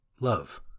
Love